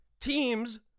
Teams